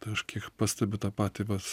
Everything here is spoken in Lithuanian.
tai aš kiek pastebiu tą patį vat